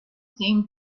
seemed